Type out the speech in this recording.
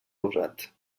rosat